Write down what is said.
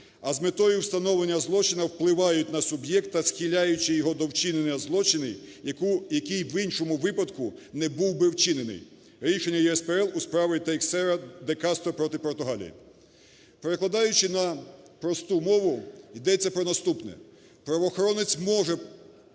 а з метою встановлення злочину впливають на суб'єкта, схиляючи його до вчинення злочину, який в іншому випадку не був би вчинений. Рішення ЄСПЛ у справі "Тейксейра де Кастро проти Португалії". Перекладаючи на просту мову, йдеться про наступне. Правоохоронець може,